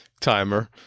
timer